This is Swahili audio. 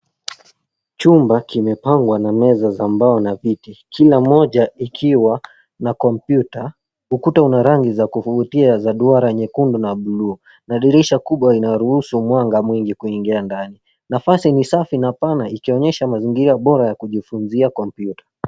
Chumba kimepangwa na meza za mbao na viti. Kila moja ikiwa na kompyuta . Ukuta una rangi za kuvutia za dwara nyekundu na buluu na dirisha kubwa linaruhusu mwanga mwingi kuingia ndani . Nafasi ni safi na pana ikionyesha mazingira bora ya kujifunzia kompyuta.